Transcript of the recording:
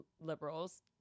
liberals